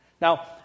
Now